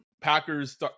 Packers